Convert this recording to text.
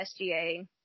sga